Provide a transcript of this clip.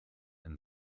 and